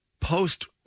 post